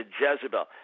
Jezebel